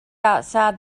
outside